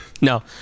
No